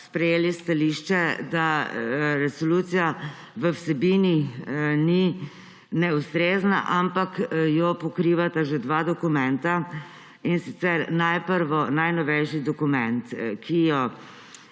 sprejeli stališče, da resolucija v vsebini ni neustrezna, ampak jo pokrivata že dva dokumenta, in sicer, prvič, najnovejši dokument, ki je